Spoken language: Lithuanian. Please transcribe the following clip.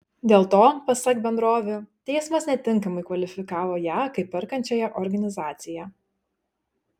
dėl to pasak bendrovių teismas netinkamai kvalifikavo ją kaip perkančiąją organizaciją